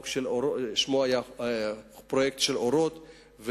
שמו היה פרויקט "אורות לתעסוקה",